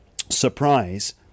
surprise